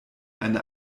eine